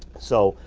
so,